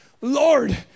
Lord